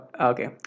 okay